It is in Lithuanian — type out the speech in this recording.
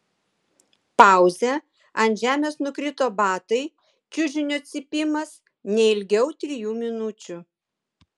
pauzė ant žemės nukrito batai čiužinio cypimas ne ilgiau trijų minučių